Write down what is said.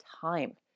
time